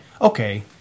okay